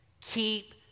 keep